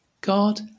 God